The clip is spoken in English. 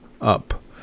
up